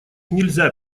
нельзя